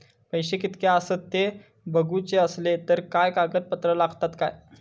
पैशे कीतके आसत ते बघुचे असले तर काय कागद पत्रा लागतात काय?